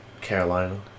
Carolina